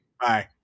Bye